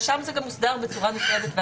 שם זה גם מוסדר בצורה נפרדת ואחרת.